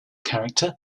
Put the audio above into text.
character